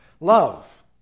love